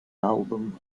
album